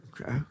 okay